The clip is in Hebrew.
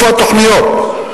איפה התוכניות?